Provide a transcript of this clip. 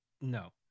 No